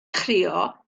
chrio